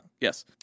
yes